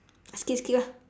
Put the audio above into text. skip skip ah